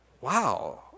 Wow